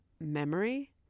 memory